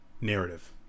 narrative